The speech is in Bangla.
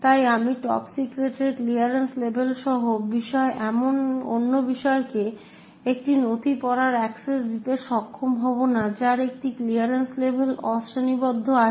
তাই আমি টপ সিক্রেটের ক্লিয়ারেন্স লেভেল সহ বিষয় এমন অন্য বিষয়কে একটি নথি পড়ার অ্যাক্সেস দিতে সক্ষম হব না যার একটি ক্লিয়ারেন্স লেভেলে অশ্রেণীবদ্ধ আছে